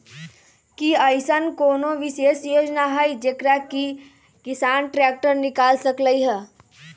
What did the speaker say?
कि अईसन कोनो विशेष योजना हई जेकरा से किसान ट्रैक्टर निकाल सकलई ह?